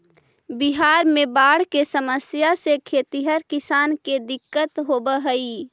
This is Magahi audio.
बिहार में बाढ़ के समस्या से खेतिहर किसान के दिक्कत होवऽ हइ